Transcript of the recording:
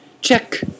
Check